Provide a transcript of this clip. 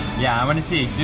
yeah, i wanna see.